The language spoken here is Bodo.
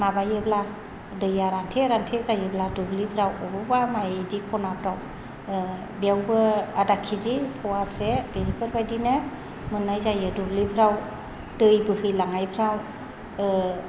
माबायोब्ला दैआ रान्थे रान्थे जायोब्ला दुब्लिफोराव बबेबा माइ बिदि खनाफ्राव बेयावबो आदा के जि पवासे बेफोरबायदिनो मोननाय जायो दुब्लिफोराव दै बोहैलांनायफोराव